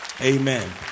Amen